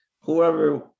whoever